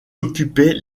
occupait